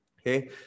okay